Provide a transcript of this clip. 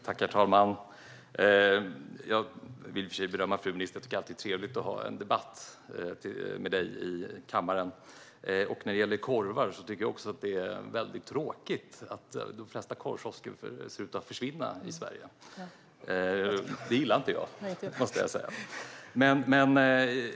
Herr talman! Jag vill berömma fru ministern. Det är alltid trevligt att ha debatt med dig i kammaren. När det gäller korvar tycker jag att det är väldigt tråkigt att de flesta korvkiosker i Sverige ser ut att försvinna. Det gillar inte jag, måste jag säga.